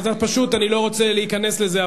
אני לא רוצה להיכנס לזה,